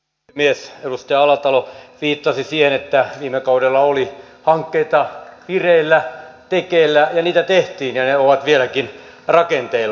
edustaja alatalo viittasi siihen että viime kaudella oli hankkeita vireillä tekeillä ja niitä tehtiin ja ne ovat vieläkin rakenteilla